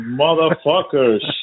motherfuckers